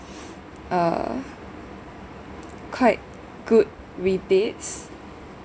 uh quite good rebates